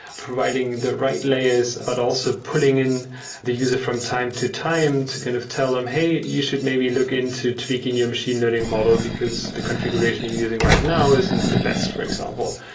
providing the right layers, but also pulling in the user from time to time to kind of tell them, hey, you should maybe look into tweaking your machine learning model, because the configuration you're using right now isn't the best, for example.